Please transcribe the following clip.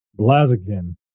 Blaziken